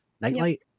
nightlight